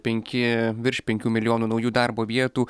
penki virš penkių milijonų naujų darbo vietų